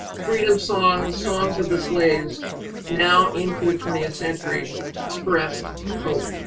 freedom songs, songs of the slaves now into the twentieth century, expressed hope.